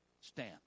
stand